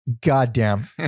Goddamn